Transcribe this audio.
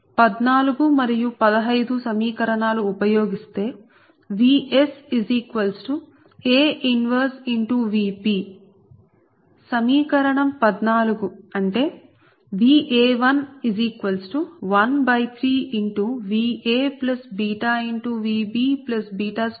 14 మరియు 15 సమీకరణాలు ఉపయోగిస్తే VsA 1 Vp సమీకరణం 14 అంటే Va113VaβVb2Vc ఇది 18 వ సమీకరణం